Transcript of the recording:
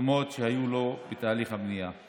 תשומות שהיו לו בתהליך הבנייה.